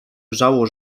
wrzało